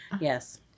Yes